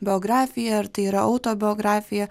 biografija ar tai yra autobiografija